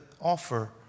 offer